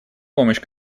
помощь